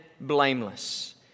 blameless